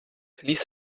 ließ